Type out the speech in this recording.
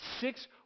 six